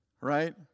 right